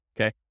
Okay